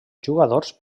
jugadors